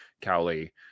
cowley